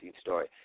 story